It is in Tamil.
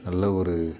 நல்ல ஒரு